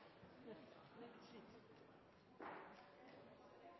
det kan skje.